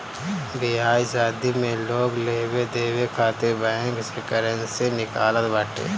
बियाह शादी में लोग लेवे देवे खातिर बैंक से करेंसी निकालत बाटे